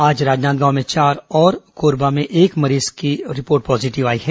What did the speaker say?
आज राजनांदगांव में चार और कोरबा में एक मरीज की रिपोर्ट पॉजिटिव आई है